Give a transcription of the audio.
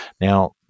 Now